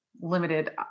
limited